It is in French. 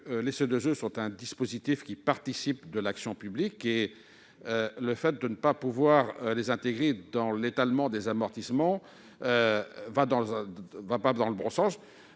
les C2E participent de l'action publique. Le fait de ne pas pouvoir les intégrer dans l'étalement des amortissements ne va pas dans le bon sens.